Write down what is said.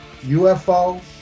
UFO